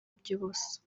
iby’ubusa